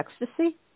ecstasy